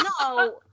No